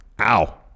Ow